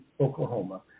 Oklahoma